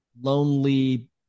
lonely